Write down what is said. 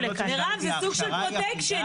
מירב, זה סוג של פרוטקשן.